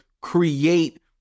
create